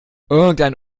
irgendein